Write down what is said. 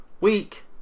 week